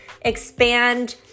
expand